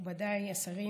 מכובדיי השרים,